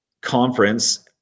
conference